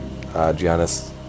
Giannis